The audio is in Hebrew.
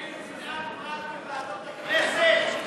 אין צנעת פרט בוועדות הכנסת?